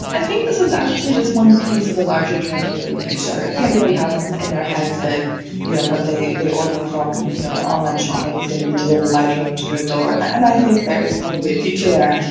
i think this is actually just one piece of a larger drone delivery picture. i think everybody has um in their heads that you know what they they order from you know online shopping is going to be delivered by drone to their door, and i and i think there is probably a future there,